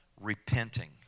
repenting